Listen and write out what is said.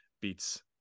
beats